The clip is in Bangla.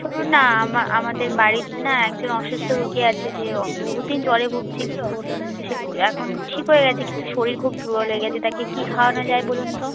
শুনুন না আমাদের বাড়িতে না একজন অসুস্থ রুগী আছে যে বহু দিন জ্বরে ভুগছিলো সে এখন ঠিক হয়ে গেছে কিন্তু শরীর খুব দুর্বল হয়ে গেছে তাকে কী খাওয়ানো যায় বলুন তো